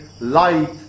light